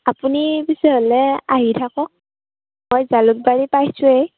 আপুনি তেতিয়াহ'লে আহি থাকক মই জালুকবাৰী পাইছোঁয়েই